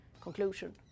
conclusion